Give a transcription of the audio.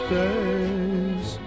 days